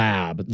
Lab